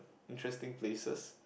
interesting places